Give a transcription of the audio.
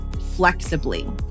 flexibly